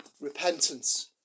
Repentance